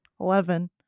Eleven